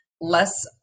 less